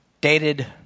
Dated